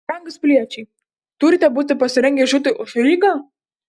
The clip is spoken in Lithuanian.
brangūs piliečiai turite būti pasirengę žūti už rygą